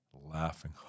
laughing